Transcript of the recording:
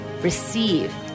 receive